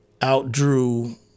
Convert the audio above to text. outdrew